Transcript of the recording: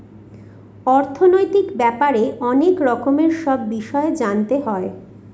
অর্থনৈতিক ব্যাপারে অনেক রকমের সব বিষয় জানতে হয়